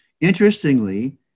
Interestingly